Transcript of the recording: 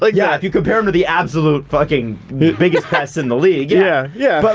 ah yeah, if you compare them to the absolute fucking biggest pests in the league, yeah. yeah, but